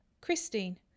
Christine